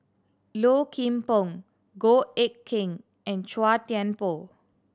Low Kim Pong Goh Eck Kheng and Chua Thian Poh